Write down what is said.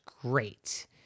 great